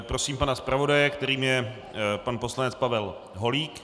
Prosím pana zpravodaje, kterým je pan poslanec Pavel Holík.